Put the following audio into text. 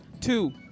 Two